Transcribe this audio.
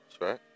right